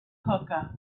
hookah